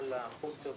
כל הפונקציות